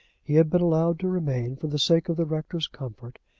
he had been allowed to remain for the sake of the rector's comfort,